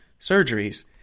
surgeries